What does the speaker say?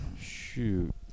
Shoot